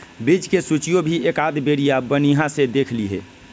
बीज के सूचियो भी एकाद बेरिया बनिहा से देख लीहे